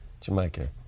Jamaica